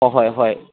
ꯑꯍꯣꯏ ꯍꯣꯏ